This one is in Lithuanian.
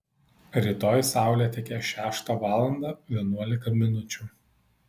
rytoj saulė tekės šeštą valandą vienuolika minučių